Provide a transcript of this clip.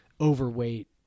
overweight